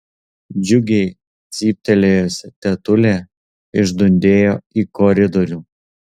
džiugiai cyptelėjusi tetulė išdundėjo į koridorių